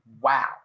wow